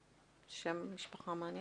עוזר מנכ"ל משרד הפנים,